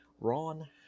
Ron